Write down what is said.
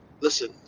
Listen